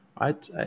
right